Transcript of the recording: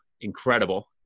Incredible